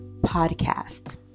podcast